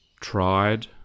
tried